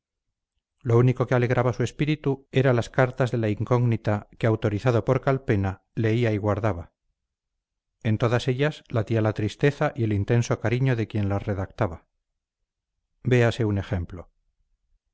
lo único que alegraba su espíritu era las cartas de la incógnita que autorizado por calpena leía y guardaba en todas ellas latía la tristeza y el intenso cariño de quien las redactaba véase un ejemplo